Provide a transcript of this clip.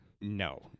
No